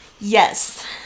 Yes